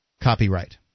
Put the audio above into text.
copyright